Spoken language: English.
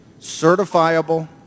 Certifiable